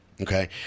Okay